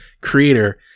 creator